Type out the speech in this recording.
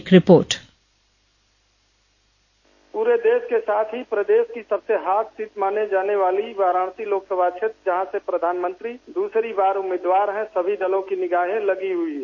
एक रिपोर्ट पूरे देश के साथ ही प्रदेश की सबसे हॉट सीट मानी जाने वाली वाराणसी लोकसभा क्षेत्र जहां से प्रधानमंत्री दूसरी बार उम्मीदवार हैं सभी दलों की निगाहें लगी हुई है